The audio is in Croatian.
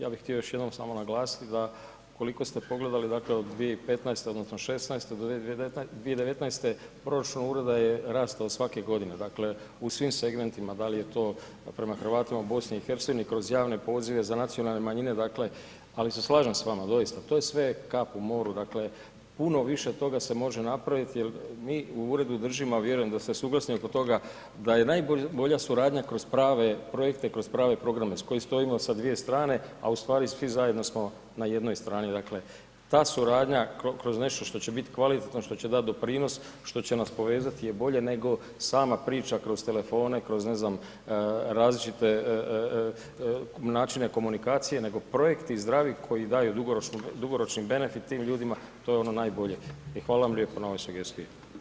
Ja bi htio još jednom samo naglasiti da ukoliko ste pogledali, dakle od 2015. odnosno 2016. do 2019., proračun ureda je rastao svake godine, dakle u svim segmentima, da li je to prema Hrvatima u BiH-u kroz javne pozive za nacionalne manjine dakle ali se slažem s vama doista, to je sve kap u moru, dakle puno više toga se može napraviti jer mi u uredu držimo a vjerujem da ste suglasni oko toga, da je najbolja suradnja kroz prave projekte, kroz prave programe s kojima stojimo sa dvije strane a ustvari svi zajedno smo na jednoj strani, dakle ta suradnja kroz nešto što će biti kvalitetno, što će dat doprinos, što nas povezati je bolje nego sama priča kroz telefone, kroz ne znam, različite načine komunikacije nego projekti zdravi koji daju dugoročno benefit tim ljudima, to je ono najbolje i hvala vam lijepo na ovoj sugestiji.